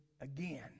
again